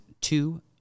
two